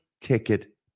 ticket